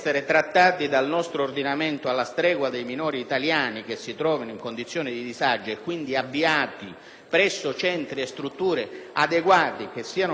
presso centri e strutture adeguati che siano nelle condizioni di poterli assistere, è evidente che, ad esempio, il caso dei 150 giovani minorenni